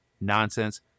nonsense